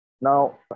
Now